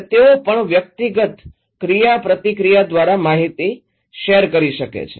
અને તેઓ પણ વ્યક્તિગત ક્રિયાપ્રતિક્રિયા દ્વારા માહિતી શેર કરી શકે છે